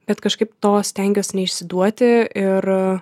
bet kažkaip to stengiuosi neišsiduoti ir